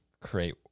create